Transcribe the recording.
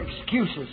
excuses